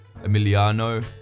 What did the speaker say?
Emiliano